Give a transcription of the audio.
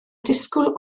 disgwyl